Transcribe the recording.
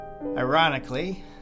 Ironically